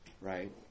right